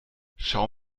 schau